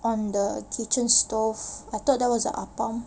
on the kitchen stove I thought that was the apam